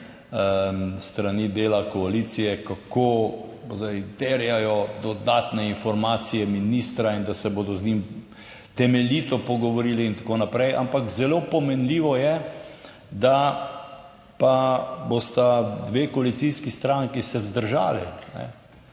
strani dela koalicije, kako zdaj terjajo dodatne informacije ministra in da se bodo z njim temeljito pogovorili in tako naprej. Ampak zelo pomenljivo je, da pa bosta dve koalicijski stranki se vzdržali,